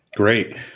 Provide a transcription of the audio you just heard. Great